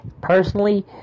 personally